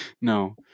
no